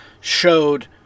showed